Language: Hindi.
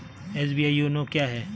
एस.बी.आई योनो क्या है?